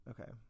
Okay